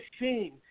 machine